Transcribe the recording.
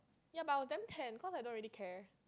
ya but I was damn tanned cause I don't really care